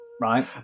right